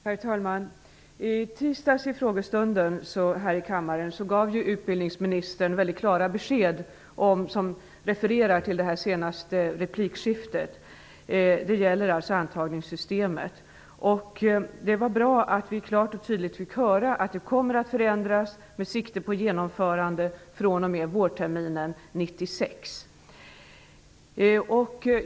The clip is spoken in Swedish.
Herr talman! I tisdags i frågestunden här i kammaren gav utbildningsministern klara besked om antagningssystemet, som det senaste replikskiftet refererar till. Det var bra att det klart och tydligt sades att det kommer att förändras, med sikte på genomförande fr.o.m. vårterminen 1996.